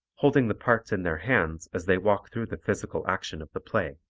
holding the parts in their hands as they walk through the physical action of the play.